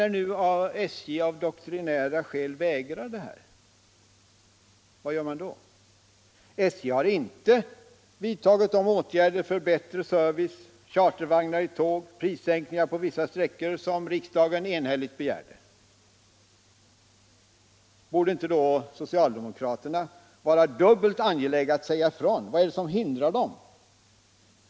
När nu SJ av doktrinära skäl vägrar detta, vad gör man då? SJ har inte vidtagit de åtgärder för bättre service, chartervagnar i tåg, prissänkningar på vissa sträckor, som riksdagen enhälligt begärde. Borde då inte socialdemokraterna vara dubbelt angelägna om att säga ifrån? Vad är det som hindrar dem?